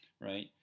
right